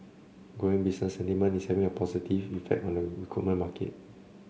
growing business sentiment is having a positive effect on the recruitment market